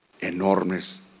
enormes